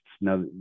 Now